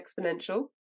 Exponential